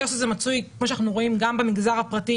הכאוס הזה מצוי כמו שאנחנו רואים גם במגזר הפרטי